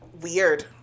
weird